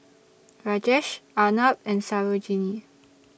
Rajesh Arnab and Sarojini